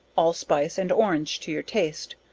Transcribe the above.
allspice and orange to your taste,